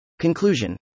Conclusion